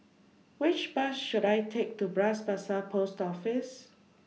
Which Bus should I Take to Bras Basah Post Office